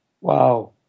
Wow